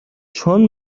چون